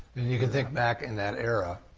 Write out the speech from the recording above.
you can think back in that era,